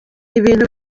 ibintu